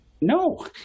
no